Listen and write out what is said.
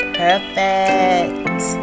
perfect